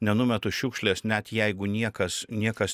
nenumetu šiukšlės net jeigu niekas niekas